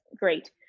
great